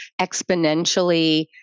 exponentially